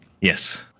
Yes